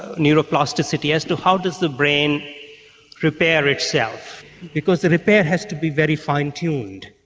neuro-plasticity as to how does the brain repair itself because the repair has to be very fine tuned,